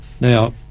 Now